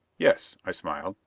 yes, i smiled.